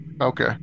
Okay